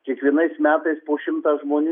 kiekvienais metais po šimtą žmonių